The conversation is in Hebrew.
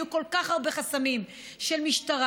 יהיו כל כך הרבה חסמים: של משטרה,